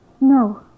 No